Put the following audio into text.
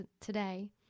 today